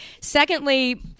Secondly